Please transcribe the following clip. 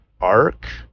arc